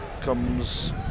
comes